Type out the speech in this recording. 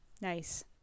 Nice